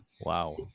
Wow